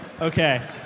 Okay